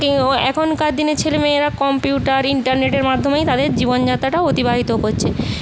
এখনকার দিনে ছেলেমেয়েরা কম্পিউটার ইন্টারনেটের মাধ্যমেই তাদের জীবন যাত্রাটা অতিবাহিত করছে